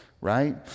right